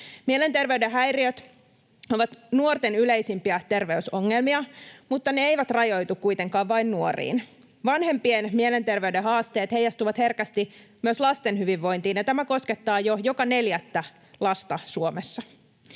Mielenterveyden häiriöt ovat nuorten yleisimpiä terveysongelmia, mutta ne eivät rajoitu kuitenkaan vain nuoriin. Vanhempien mielenterveyden haasteet heijastuvat herkästi myös lasten hyvinvointiin, ja tämä koskettaa jo joka neljättä lasta Suomessa.